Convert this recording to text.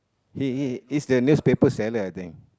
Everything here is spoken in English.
he he he is the newspaper seller I think